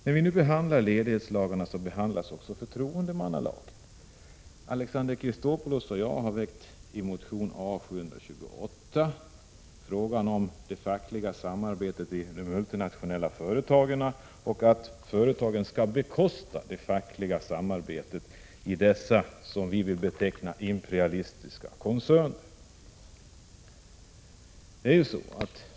I samband med behandlingen av ledighetslagarna behandlas även förtro endemannalagen. Alexander Chrisopoulos och jag har i motion A728 tagit — Prot. 1986/87:32 upp frågan om det fackliga samarbetet i de multinationella företagen. I 20 november 1986 motionen tar vi även upp frågan om att företagen skall bekosta det fackliga = Jojo samarbetet i dessa, som vi vill beteckna dem, imperialistiska koncerner.